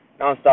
Nonstop